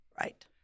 right